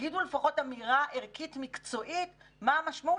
תגידו לפחות אמירה ערכית מקצועית מה המשמעות